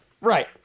Right